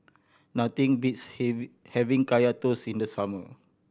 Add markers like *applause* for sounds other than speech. nothing beats *unintelligible* having Kaya Toast in the summer